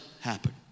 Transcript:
happen